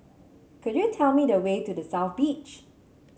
could you tell me the way to The South Beach